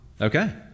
okay